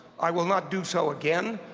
i will not do so again.